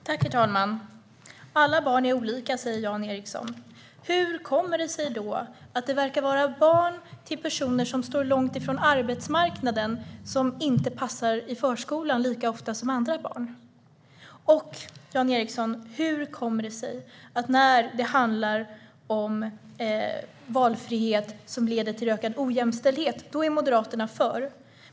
Herr talman! Alla barn är olika, säger Jan Ericson. Hur kommer det sig då att barn till personer som står långt från arbetsmarknaden inte verkar passa i förskolan lika ofta som andra barn? Och, Jan Ericson, hur kommer det sig att när det handlar om valfrihet som leder till ökad ojämställdhet är Moderaterna för?